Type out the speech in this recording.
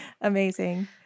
Amazing